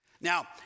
Now